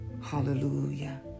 Hallelujah